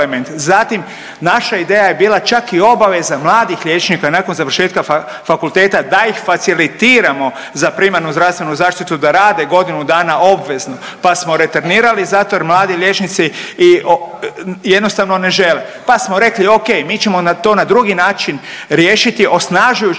Zatim naša ideja je bila čak i obaveza mladih liječnika nakon završetka fakulteta da ih facilitiramo za primarnu zdravstvenu zaštitu da rade godinu dana obvezno pa smo reternirali zato jer mladi liječnici jednostavno ne žele, pa smo rekli ok mi ćemo to na drugi način riješiti osnažujući